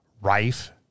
rife